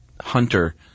hunter